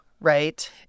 right